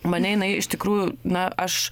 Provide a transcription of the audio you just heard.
mane jinai iš tikrųjų na aš